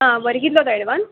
आं बरें कितलो तो एडवान्स